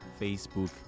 facebook